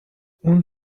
اون